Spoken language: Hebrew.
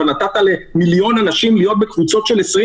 אבל נתת למיליון אנשים להיות בקבוצות של 20,